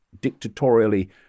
dictatorially